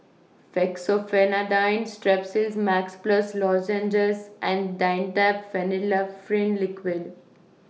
Fexofenadine Strepsils Max Plus Lozenges and Dimetapp Phenylephrine Liquid